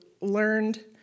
learned